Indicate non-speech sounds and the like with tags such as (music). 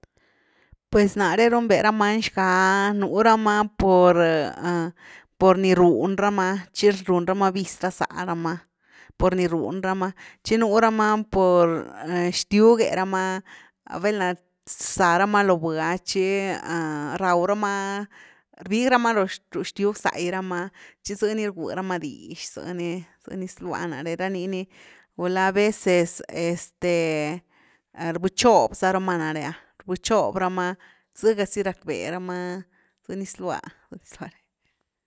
Pues nare runve ra many xga, nú rama por (hesitation) por ni run rama tchi run rama viz ra za rama, por ni run rama, tchi nú rama por xtyuge rama velna rza rama lo vh’ah tchi raw rama rbig rama ru xtyug zayi rama tchi zy ni rgui rama dix, zëny, zëny zlua náre ranini ula aveces este, rbëchob za rama naré ah, rbëchob rama, zega zy rackbe rama zëny zlua (unintelligible)